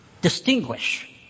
distinguish